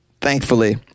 thankfully